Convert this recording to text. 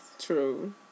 True